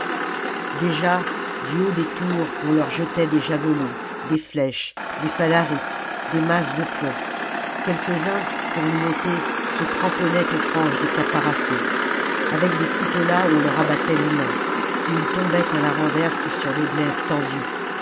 déjà du haut des tours on leur jetait des javelots des flèches des phalariques des masses de plomb quelques-uns pour y monter se cramponnaient aux franges des caparaçons avec des coutelas on leur abattait les mains et ils tombaient à la renverse sur les glaives tendus